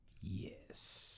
yes